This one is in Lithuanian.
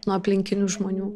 nuo aplinkinių žmonių